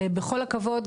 בכל הכבוד,